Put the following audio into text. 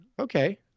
okay